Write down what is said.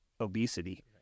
obesity